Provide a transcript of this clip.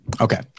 Okay